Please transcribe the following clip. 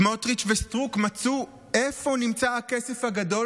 סמוטריץ' וסטרוק מצאו איפה נמצא הכסף הגדול